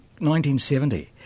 1970